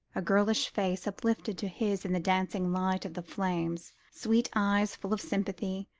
a girlish face uplifted to his in the dancing light of the flames, sweet eyes full of sympathy,